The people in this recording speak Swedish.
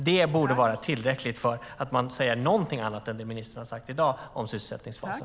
Det borde vara tillräckligt för att säga någonting annat än det som ministern sagt i dag om sysselsättningsfasen.